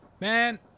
Man